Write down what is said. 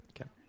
okay